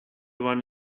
one